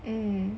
mm